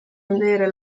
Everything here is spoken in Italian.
avere